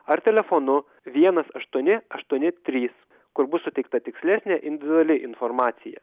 ar telefonu vienas aštuoni aštuoni trys kur bus suteikta tikslesnė indviduali informacija